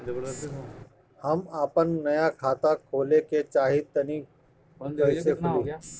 हम आपन नया खाता खोले के चाह तानि कइसे खुलि?